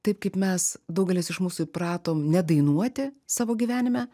taip kaip mes daugelis iš mūsų įpratom nedainuoti savo gyvenime